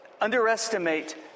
underestimate